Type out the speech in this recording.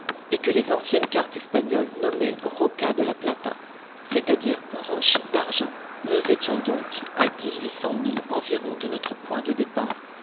et que les anciennes cartes espagnoles nommaient rocca de la plata c'est-à-dire roche d'argent nous étions donc à dix-huit cents milles environ de notre point de départ